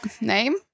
name